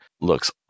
looks